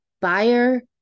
buyer